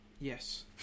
Yes